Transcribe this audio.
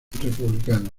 republicano